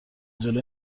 جلوی